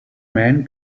man